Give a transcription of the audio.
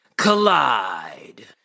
Collide